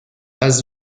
las